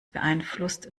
beeinflusst